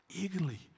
eagerly